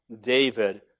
David